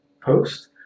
post